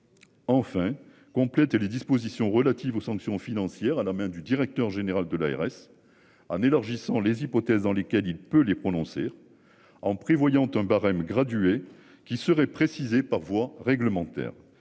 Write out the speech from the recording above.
Enfin, complète et les dispositions relatives aux sanctions financières à la main du directeur général de l'ARS en élargissant les hypothèses dans lesquelles il peut les prononcer. En prévoyant un barème graduée qui serait précisé par voie réglementaire